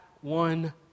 one